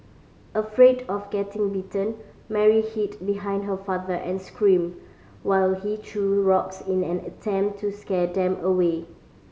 afraid of getting bitten Mary hid behind her father and screamed while he threw rocks in an attempt to scare them away